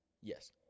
Yes